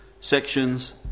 sections